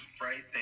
right